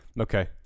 okay